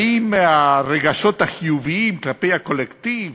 האם הרגשות החיוביים כלפי הקולקטיב